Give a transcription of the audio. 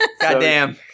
Goddamn